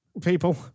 People